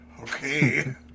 Okay